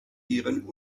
ihren